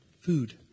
food